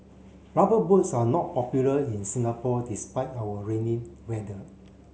rubber boots are not popular in Singapore despite our rainy weather